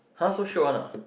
[huh] so shiok one ah